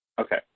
Okay